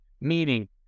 Meaning